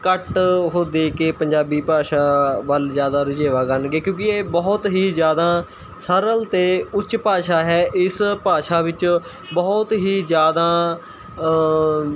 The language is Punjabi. ਘੱਟ ਉਹ ਦੇ ਕੇ ਪੰਜਾਬੀ ਭਾਸ਼ਾ ਵੱਲ ਜ਼ਿਆਦਾ ਰੁਝੇਵਾ ਕਰਨਗੇ ਕਿਉਂਕਿ ਇਹ ਬਹੁਤ ਹੀ ਜ਼ਿਆਦਾ ਸਰਲ ਅਤੇ ਉੱਚ ਭਾਸ਼ਾ ਹੈ ਇਸ ਭਾਸ਼ਾ ਵਿੱਚ ਬਹੁਤ ਹੀ ਜ਼ਿਆਦਾ